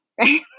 right